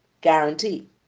guarantee